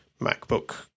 MacBook